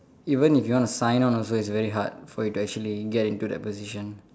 even if you want to sign on also it's very hard for you to actually get into that position